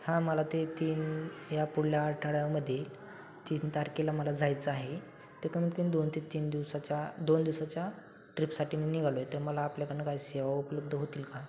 हां मला ते तीन या पुढल्या आठवड्यामध्ये तीन तारखेला मला जायचं आहे ते कमीत कमी दोन ते तीन दिवसाच्या दोन दिवसाच्या ट्रिपसाठी मी निघालो आहे तर मला आपल्याकडून काही सेवा उपलब्ध होतील का